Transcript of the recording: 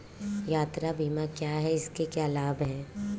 यात्रा बीमा क्या है इसके क्या लाभ हैं?